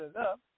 up